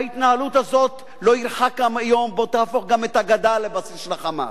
בהתנהלות הזאת לא ירחק היום שבו תהפוך גם את הגדה לבסיס של ה"חמאס".